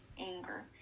anger